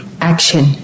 Action